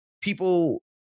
people